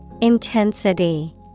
Intensity